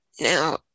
Now